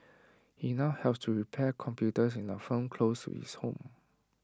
he now helps to repair computers in A firm close to his home